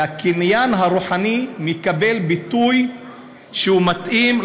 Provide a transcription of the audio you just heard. שהקניין הרוחני מקבל ביטוי מתאים,